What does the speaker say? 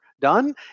done